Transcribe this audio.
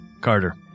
Carter